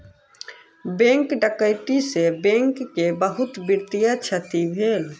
bank डकैती से bank के बहुत वित्तीय क्षति भेल